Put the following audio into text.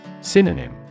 Synonym